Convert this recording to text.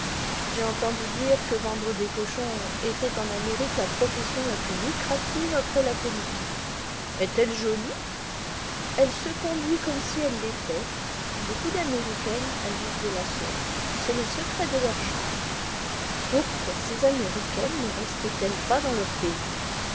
j'ai entendu dire que vendre des cochons était en amérique la profession la plus lucrative après la politique est-elle jolie elle se conduit comme si elle l'était beaucoup d'américaines agissent de la sorte c'est le secret de leurs charmes pourquoi ces américaines ne restent elles pas dans leur pays